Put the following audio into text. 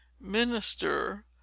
minister